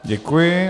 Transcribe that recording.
Děkuji.